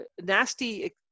nasty